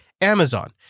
Amazon